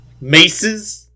maces